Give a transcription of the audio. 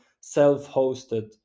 self-hosted